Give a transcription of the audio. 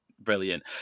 brilliant